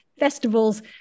Festival's